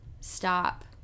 stop